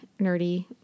nerdy